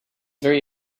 very